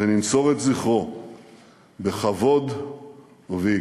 וננצור את זכרו בכבוד וביקר.